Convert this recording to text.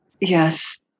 yes